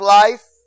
life